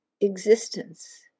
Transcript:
existence